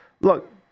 Look